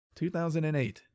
2008